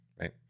right